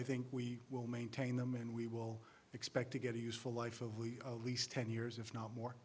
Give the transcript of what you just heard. i think we will maintain them and we will expect to get a useful life of a least ten years if not more